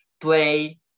play